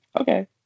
okay